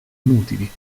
inutili